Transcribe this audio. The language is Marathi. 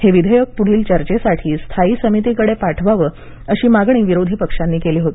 हे विधेयक पुढील चर्चेसाठी स्थायी समितीकडे पाठवावं अशी मागणी विरोधी पक्षांनी केली होती